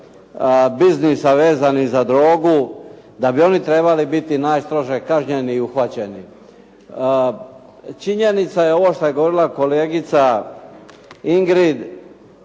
biznisa vezanih za drogu, da bi oni trebali biti najstrože kažnjeni i uhvaćeni. Činjenica je ovo što je govorila kolegica Ingrid